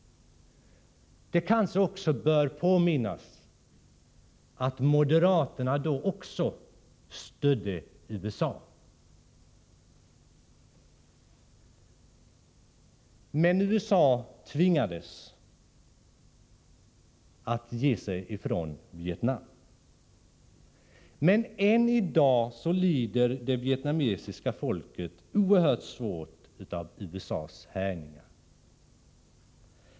Det bör kanske påminnas om att moderaterna då också stödde USA. USA tvingades att ge sig i väg från Vietnam, men än i dag lider det vietnamesiska folket oerhört svårt av USA:s härjningar.